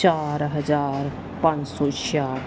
ਚਾਰ ਹਜ਼ਾਰ ਪੰਜ ਸੌ ਛਿਆਹਠ